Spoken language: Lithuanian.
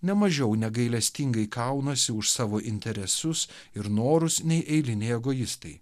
ne mažiau negailestingai kaunasi už savo interesus ir norus nei eiliniai egoistai